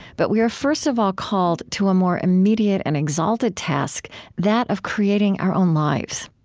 but we are first of all called to a more immediate and exalted task that of creating our own lives.